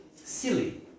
Silly